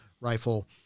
rifle